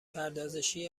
پردازشی